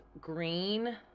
green